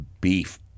beef